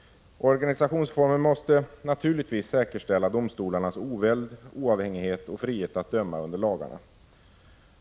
Organisationsformen måste naturligtvis säkerställa domstolarnas oväld, oavhängighet och frihet att döma under lagarna.